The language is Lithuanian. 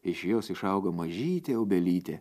iš jos išaugo mažytė obelytė